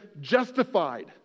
justified